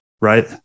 right